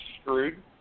screwed